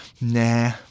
Nah